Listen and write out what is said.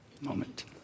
moment